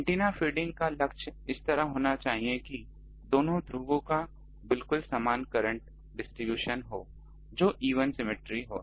antenna feeding का लक्ष्य इस तरह होना चाहिए कि इन दोनों ध्रुवों का बिल्कुल समान करंट डिस्ट्रीब्यूशन हो जो ईवन सिमेट्री है